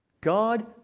God